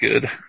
good